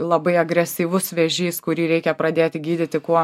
labai agresyvus vėžys kurį reikia pradėti gydyti kuo